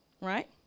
right